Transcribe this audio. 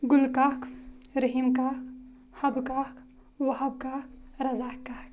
Gul Kak Rahim Kak Habba Kak Wahab Kak Razaq Kak